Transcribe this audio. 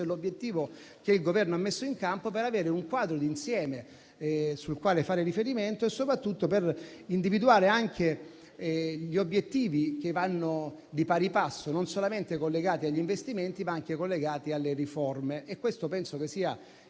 è l'obiettivo che il Governo ha messo in campo per avere un quadro d'insieme sul quale fare riferimento e soprattutto per individuare anche gli obiettivi che vanno di pari passo, collegati non solamente agli investimenti ma anche alle riforme. Questo penso sia importante